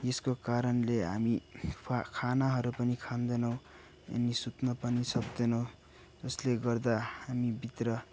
यसको कारणले हामी खानाहरू पनि खाँदैनौँ अनि सुत्न पनि सक्दैनौँ जसले गर्दा हामीभित्र